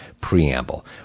preamble